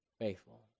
faithful